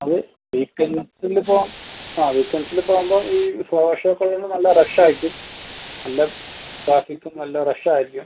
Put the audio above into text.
അത് വീക്കെൻഡിൽ പോവാം ആ വീക്കെൻഡ്സിൽ പോവുമ്പോൾ ഈ ഫ്ലവർ ഷോ ഒക്കെ ഉള്ളതുകൊണ്ട് നല്ല റഷ് ആയിരിക്കും നല്ല ട്രാഫിക്കും നല്ല റഷ് ആയിരിക്കും